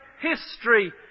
history